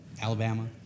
Alabama